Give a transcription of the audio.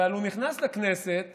אבל הוא נכנס לכנסת